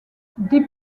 des